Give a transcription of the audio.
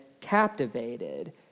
captivated